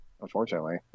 Unfortunately